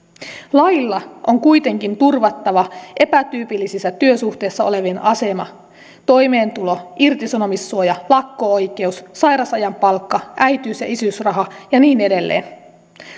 lailla on kuitenkin turvattava epätyypillisissä työsuhteissa olevien asema toimeentulo irtisanomissuoja lakko oikeus sairausajan palkka äitiys ja isyysraha ja niin edelleen